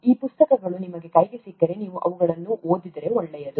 ಈ ಪುಸ್ತಕಗಳು ನಿಮ್ಮ ಕೈಗೆ ಸಿಕ್ಕರೆ ನೀವು ಅವುಗಳನ್ನು ಓದಿದರೆ ಒಳ್ಳೆಯದು